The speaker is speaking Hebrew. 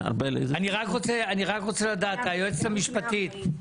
אני רק רוצה לדעת, היועצת המשפטית,